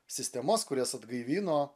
sistemas kurias atgaivino